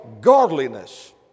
godliness